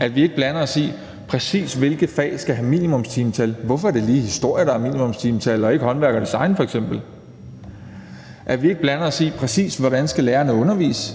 at vi ikke blander os i, præcis hvilke fag der skal have minimumstimetal – hvorfor er det lige historie, der skal have minimumstimetal, og ikke f.eks. håndværk og design? – at vi ikke blander os i, præcis hvordan lærerne skal undervise,